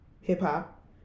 Hip-hop